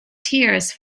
tears